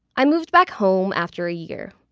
i moved back home after a year.